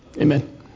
Amen